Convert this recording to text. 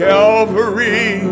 Calvary